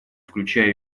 включая